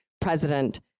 president